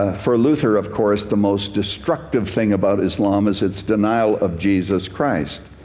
ah for luther, of course, the most disruptive thing about islam is its denial of jesus christ.